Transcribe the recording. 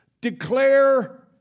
declare